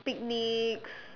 picnics